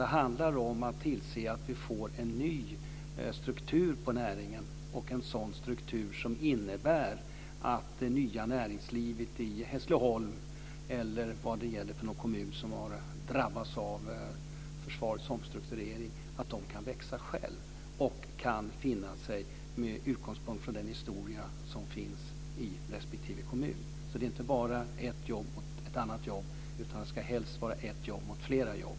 Det handlar om att tillse att vi får en ny struktur på näringen, en sådan struktur som innebär att det nya näringslivet i Hässleholm, eller vad det gäller för någon kommun som har drabbats av försvarets omstrukturering, kan växa självt. Det gäller att finna sig till rätta med utgångspunkt från den historia som finns i respektive kommun. Det är alltså inte bara ett jobb mot ett annat jobb, utan det ska helst vara ett jobb mot flera jobb.